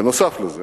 בנוסף לזה,